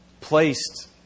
placed